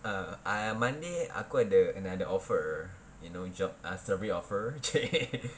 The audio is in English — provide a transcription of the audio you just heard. ah I ah monday aku ada another offer you know the job uh survey offer